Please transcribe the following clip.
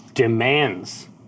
demands